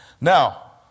Now